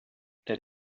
that